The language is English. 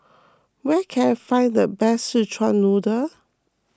where can I find the best Szechuan Noodle